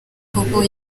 koko